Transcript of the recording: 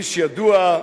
איש ידוע,